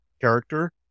character